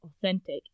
authentic